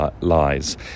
lies